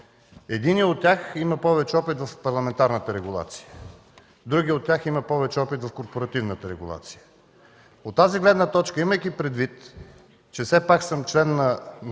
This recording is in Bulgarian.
Единият от тях има повече опит в парламентарната регулация. Другият от тях има повече опит в корпоративната регулация. От тази гледна точка, имайки предвид, че все пак съм народен